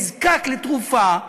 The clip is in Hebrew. נזקק לתרופה,